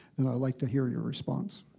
and i'd like to hear your response.